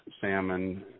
salmon